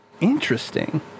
Interesting